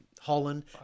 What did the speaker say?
Holland